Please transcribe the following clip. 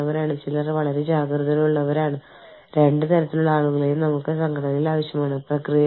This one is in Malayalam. അതിനാൽ ജീവനക്കാരും ഓർഗനൈസേഷനും തമ്മിലുള്ള ബന്ധം കാലക്രമേണ കൂടുതൽ ശക്തമായി